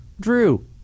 Drew